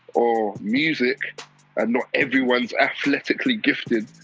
or music and not everyone is athletically gifted.